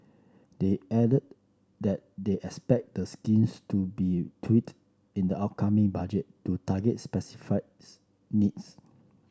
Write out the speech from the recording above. they added that they expect the scheme to be tweaked in the upcoming budget to target specific needs